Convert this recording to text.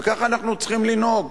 וכך אנחנו צריכים לנהוג,